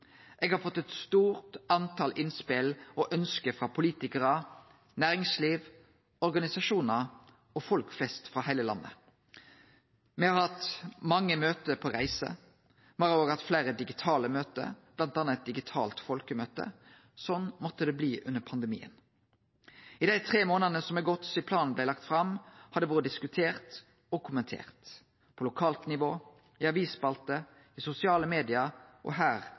Eg har fått eit stort tal innspel og ønske frå politikarar, næringsliv, organisasjonar og folk flest i heile landet. Me har hatt mange møte på reiser, men me har òg hatt fleire digitale møte, bl.a. eit digitalt folkemøte. Slik måtte det bli under pandemien. I dei tre månadane som er gått sidan planen vart lagd fram, har han vore diskutert og kommentert på lokalt nivå, i avisspalter, i sosiale medium og her